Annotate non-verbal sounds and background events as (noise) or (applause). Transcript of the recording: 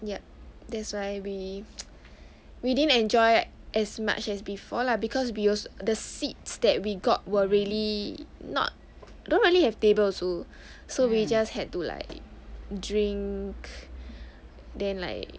yup that's why we (noise) we didn't enjoy it as much as before lah because we al~ the seats that we got were really not don't really have table also so we just had to like drink then like